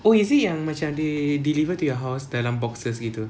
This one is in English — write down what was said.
[oh]is it yang macam they deliver to your house dalam boxes gitu